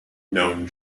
known